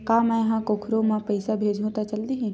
का मै ह कोखरो म पईसा भेजहु त चल देही?